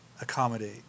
accommodate